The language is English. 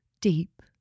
deep